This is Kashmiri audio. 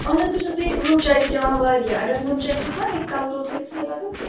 اَہَن حظ بہٕ چھَس بیٚیہِ نُنہٕ چاے تہِ چٮ۪وان وارِیاہ اگر نُنہٕ چاے سۭتۍ ما ہٮ۪کہِ کلہٕ دود گٔژھِتھ وارٕ